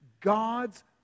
God's